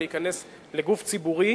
להיכנס לגוף ציבורי,